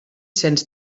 cents